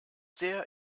sehr